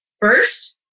First